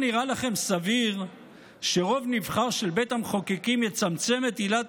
לא נראה לכם סביר שרוב נבחר של בית המחוקקים יצמצם את עילת